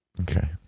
Okay